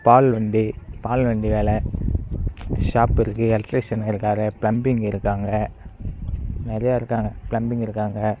பால் வண்டி பால் வண்டி வேலை ஷாப் இருக்குது எலெக்ட்ரிஷன் இருக்கார் ப்ளம்பிங் இருக்காங்க நிறைய இருக்காங்க ப்ளம்மிங் இருக்காங்க